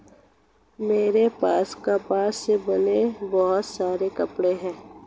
मेरे पास कपास से बने बहुत सारे कपड़े हैं